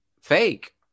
fake